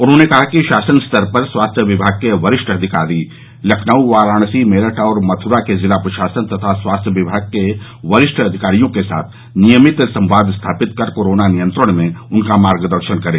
उन्होंने कहा कि शासन स्तर पर स्वास्थ्य विभाग के वरिष्ठ अधिकारी लखनऊ वाराणसी मेरठ और मथुरा के जिला प्रशासन तथा स्वास्थ्य विभाग के वरिष्ठ अधिकारियों के साथ नियमित संवाद स्थापित कर कोरोना नियंत्रण में उनका मार्गदर्शन करें